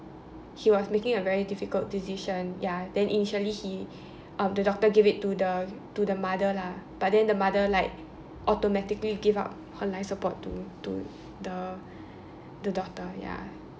he was making a very difficult decision ya then initially he um the doctor gave it to the to the mother lah but then the mother like automatically give up her life support to to the the daughter ya